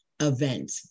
event